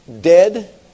dead